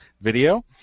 video